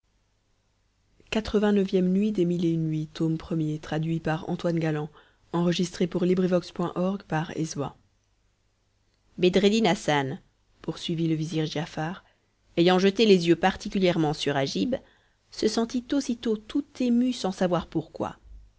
bedreddin hassan poursuivit le vizir giafar ayant jeté les yeux particulièrement sur agib se sentit aussitôt tout ému sans savoir pourquoi